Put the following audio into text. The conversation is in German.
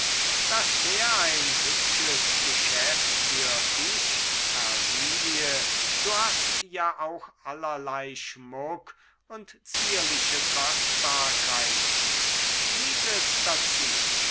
das wär ein hübsches geschäft für dich hersilie du hast ja auch allerlei schmuck und zierliche kostbarkeiten leg es dazu